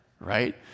right